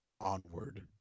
onward